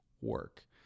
work